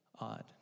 odd